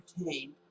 entertained